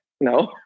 No